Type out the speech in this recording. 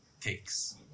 takes